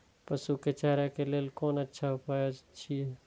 पशु के चारा के लेल कोन अच्छा उपाय अछि?